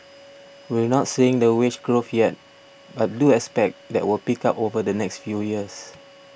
we're not seeing the wage growth yet but do expect that will pick up over the next few years